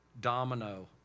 domino